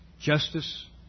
Justice